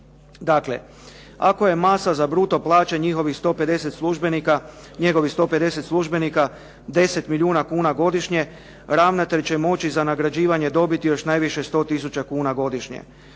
Dakle, ako je masa za bruto plaće, njihovih 150 službenika, njegovih 150 službenika 10 milijuna kuna godišnje, ravnatelj će moći za nagrađivanje dobiti još najviše 100 tisuća kuna godišnje.